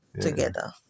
together